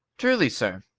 truly, sir,